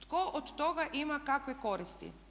Tko od toga ima kakve koristi?